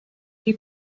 you